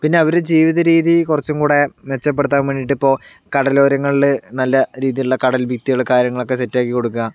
പിന്നെ അവരുടെ ജീവിത രീതി കുറച്ചും കൂടെ മെച്ചപ്പെടുത്താൻ വേണ്ടിയിട്ട് ഇപ്പോൾ കടലോരങ്ങളിൽ നല്ല രീതിയിലുള്ള കടൽ ഭിത്തികൾ കാര്യങ്ങളൊക്കെ സെറ്റ് ആക്കി കൊടുക്കുക